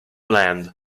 land